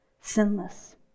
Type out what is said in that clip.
sinless